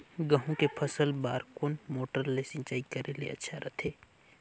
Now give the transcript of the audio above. गहूं के फसल बार कोन मोटर ले सिंचाई करे ले अच्छा रथे?